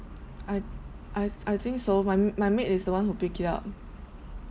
I I I think so my my maid is the one who pick it up